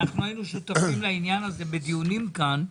אנחנו היינו שותפים לעניין זה בדיונים כאן.